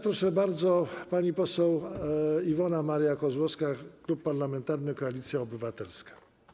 Proszę bardzo, pani poseł Iwona Maria Kozłowska, Klub Parlamentarny Koalicja Obywatelska.